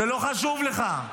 זה לא חשוב לך.